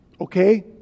Okay